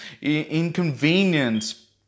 Inconvenience